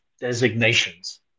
designations